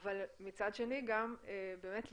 אבל מצד שני גם באמת לפעול,